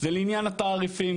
הוא לעניין התעריפים.